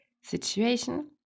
situation